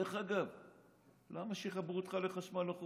דרך אגב, למה שיחברו אותך לחשמל לא חוקי?